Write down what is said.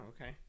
okay